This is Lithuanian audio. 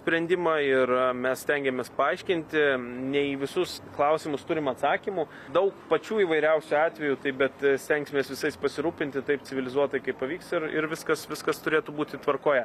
sprendimą ir mes stengiamės paaiškinti ne į visus klausimus turim atsakymų daug pačių įvairiausių atvejų taip bet stengsimės visais pasirūpinti taip civilizuotai kaip pavyks ir ir viskas viskas turėtų būti tvarkoje